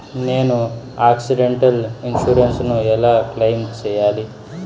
నేను accidental insurance ను ఎలా క్లెయిమ్ సేయాలి?